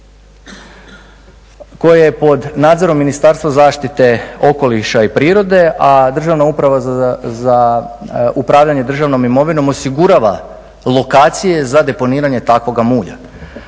koje je pod nadzorom Ministarstva zaštite okoliša i prirode a Državna uprava za upravljanje državnom imovinom osigurava lokacije za deponiranje takvoga mulja.